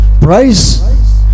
price